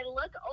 look